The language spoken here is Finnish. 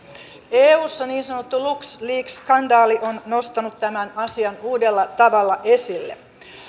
eussa niin sanottu lux leaks skandaali on nostanut tämän asian uudella tavalla esille